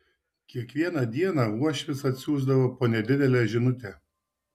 kiekvieną dieną uošvis atsiųsdavo po nedidelę žinutę